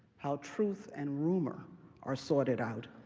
how truth and rumor are sorted out,